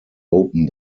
open